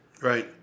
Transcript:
Right